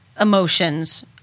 emotions